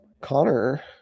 Connor